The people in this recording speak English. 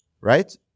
Right